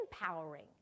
empowering